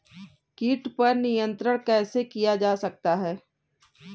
कीट पर नियंत्रण कैसे किया जा सकता है?